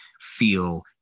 feel